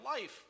life